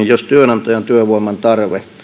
jos työnantajan työvoiman tarve